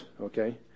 okay